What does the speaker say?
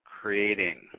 creating